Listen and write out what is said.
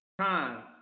time